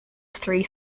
three